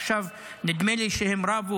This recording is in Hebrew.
עכשיו נדמה לי שהם רבו,